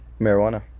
Marijuana